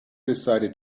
decided